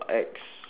ex